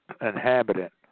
inhabitant